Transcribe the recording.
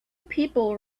people